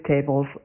tables